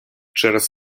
через